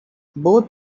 both